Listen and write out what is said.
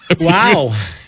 Wow